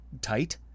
tight